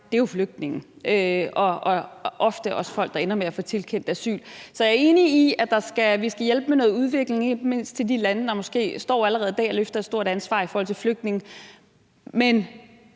er jo flygtninge og ofte også folk, der ender med at få tilkendt asyl. Så jeg er enig i, at vi skal hjælpe med noget udvikling, ikke mindst i de lande, der måske allerede i dag løfter et stort ansvar i forhold til flygtninge, men